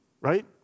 right